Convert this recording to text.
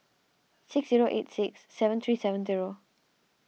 six zero eight six seven three seven zero